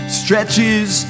stretches